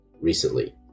recently